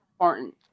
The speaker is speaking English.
important